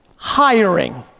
hiring.